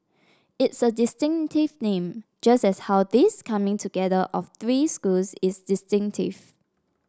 it's a distinctive name just as how this coming together of three schools is distinctive